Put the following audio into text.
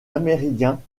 amérindiens